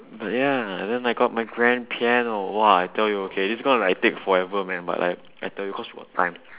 but yeah then I got my grand piano !wah! I tell you okay this gonna like take forever man but like I tell you cause we got time